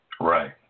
Right